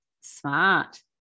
Smart